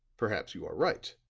perhaps you are right,